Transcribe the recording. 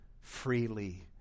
freely